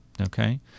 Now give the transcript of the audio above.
okay